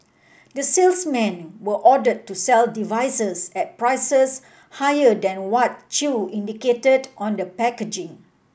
the salesmen were ordered to sell devices at prices higher than what Chew indicated on the packaging